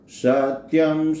satyam